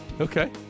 Okay